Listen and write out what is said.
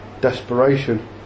desperation